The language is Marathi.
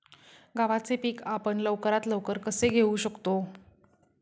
गव्हाचे पीक आपण लवकरात लवकर कसे घेऊ शकतो?